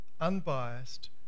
unbiased